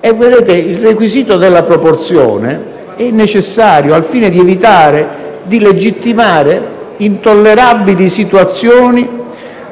Il requisito della proporzione è necessario al fine di evitare di legittimare intollerabili situazioni